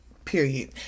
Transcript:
period